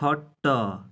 ଖଟ